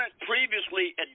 previously